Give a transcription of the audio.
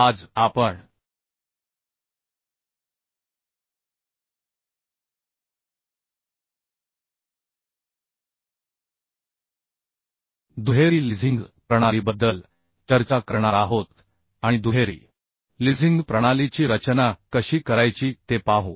आज आपण दुहेरी लिझिंग प्रणालीबद्दल चर्चा करणार आहोत आणि दुहेरी लिझिंग प्रणालीची रचना कशी करायची ते पाहू